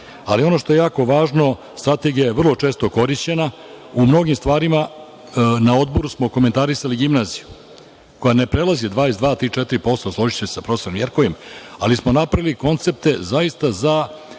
uzimaju. Ono što je jako važno, strategija je vrlo često korišćena. U mnogim stvarima na Odboru smo komentarisali gimnaziju koja ne prelazi 22, 23, 24%, složićete se sa profesorom Jerkovim, ali smo napravili koncepte za jedno